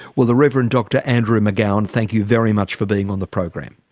well the rev. and dr andrew mcgowan, thank you very much for being on the program.